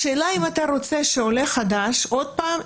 השאלה אם אתה רוצה שעולה חדש עוד פעם,